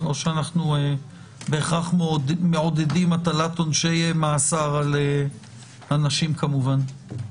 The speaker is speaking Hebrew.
לא שאנחנו בהכרח מעודדים הטלת עונשי מאסר על אנשים כמובן.